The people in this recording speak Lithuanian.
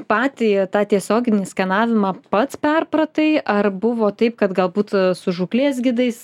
patį tą tiesioginį skenavimą pats perpratai ar buvo taip kad galbūt su žūklės gidais